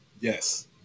Yes